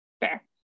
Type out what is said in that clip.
fair